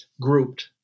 grouped